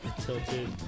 Tilted